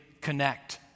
connect